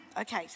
Okay